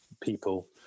people